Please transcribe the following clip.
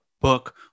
book